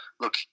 look